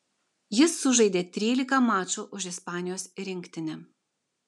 jis sužaidė trylika mačų už ispanijos rinktinę